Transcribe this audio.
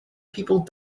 people